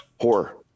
Horror